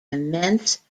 immense